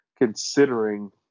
considering